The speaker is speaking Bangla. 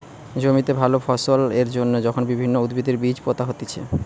জমিতে ভালো ফলন এর জন্যে যখন বিভিন্ন উদ্ভিদের বীজ পোতা হতিছে